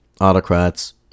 autocrats